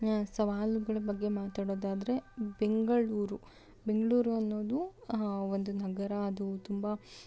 ಸವಾಲುಗಳ ಬಗ್ಗೆ ಮಾತಾಡೋದಾದ್ರೆ ಬೆಂಗಳೂರು ಬೆಂಗಳೂರು ಅನ್ನೋದು ಒಂದು ನಗರ ಅದು ತುಂಬ